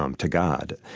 um to god.